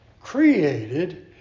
created